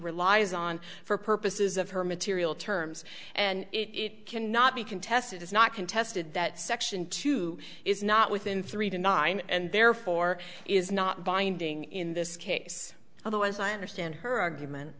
relies on for purposes of her material terms and it cannot be contested is not contested that section two is not within three to nine and therefore is not binding in this case although as i understand her argument